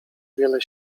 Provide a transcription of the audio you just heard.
wiele